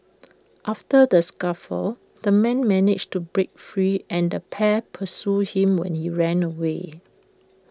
after the scuffle the man managed to break free and the pair pursued him when he ran away